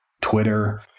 Twitter